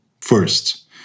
first